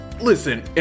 listen